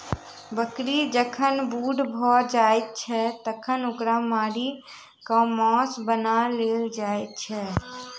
बकरी जखन बूढ़ भ जाइत छै तखन ओकरा मारि क मौस बना लेल जाइत छै